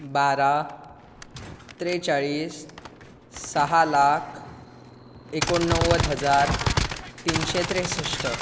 बारा त्रेचाळीस स लाख एकूण्णवद हजार तीनशें त्रेशस्ट